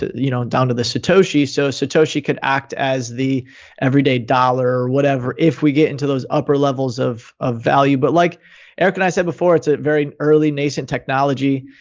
you know, down to the satoshi, so satoshi could act as the everyday dollar or whatever. if we get into those upper levels of ah value. but like eric and i said before, it's at a very early nascent technology.